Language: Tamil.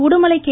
உடுமலை கே